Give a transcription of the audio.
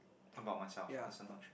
about myself personal trait